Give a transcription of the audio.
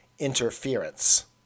interference